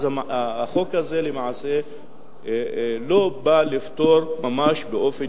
החוק הזה למעשה לא בא לפתור ממש באופן